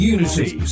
Unity